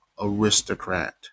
aristocrat